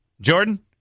Jordan